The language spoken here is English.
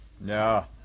No